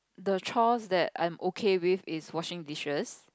the chores that I am okay with is washing dishes